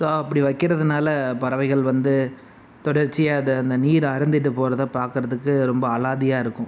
so அப்படி வைக்கிறதுனால பறவைகள் வந்து தொடர்ச்சியாக அது அந்த நீரை அருந்திகிட்டு போகறத பார்க்கறதுக்கு ரொம்ப அலாதியாக இருக்கும்